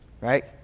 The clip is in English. right